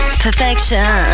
perfection